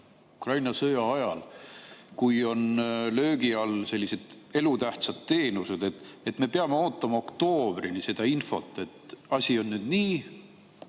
Ukraina sõja ajal, kui on löögi all elutähtsad teenused, peame me ootama oktoobrini seda infot, et asi on nüüd nii,